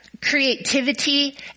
creativity